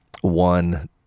one